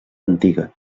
antiga